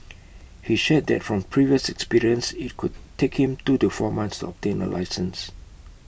he shared that from previous experience IT could take him two to four months obtain A licence